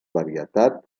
varietat